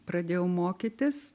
pradėjau mokytis